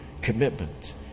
commitment